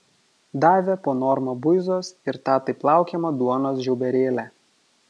davė po normą buizos ir tą taip laukiamą duonos žiauberėlę